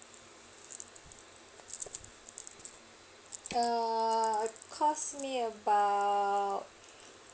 err cost me about